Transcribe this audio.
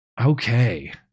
Okay